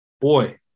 boy